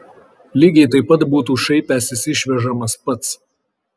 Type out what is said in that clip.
lygiai taip pat būtų šaipęsis išvežamas pats